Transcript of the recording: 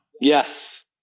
Yes